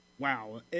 Wow